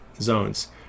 zones